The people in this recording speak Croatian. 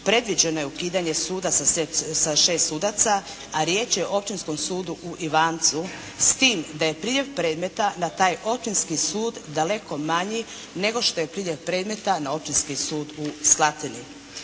predviđeno je ukidanje suda sa 6 sudaca a riječ je o Općinskom sudu u Ivancu. S time da je priljev predmeta na taj općinski sud daleko manji nego što je priljev predmeta na Općinski sud u Slatini.